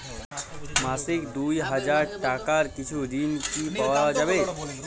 মাসিক দুই হাজার টাকার কিছু ঋণ কি পাওয়া যাবে?